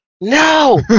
No